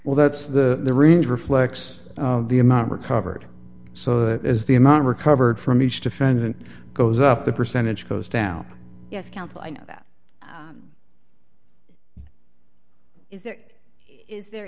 well that's the range reflects the amount recovered so that is the amount recovered from each defendant goes up the percentage goes down yes counsel i know that is there is there